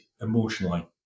emotionally